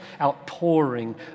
outpouring